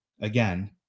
again